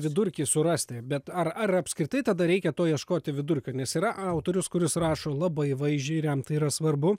vidurkį surasti bet ar ar apskritai tada reikia to ieškoti vidurkio nes yra autorius kuris rašo labai vaizdžiai ir jam tai yra svarbu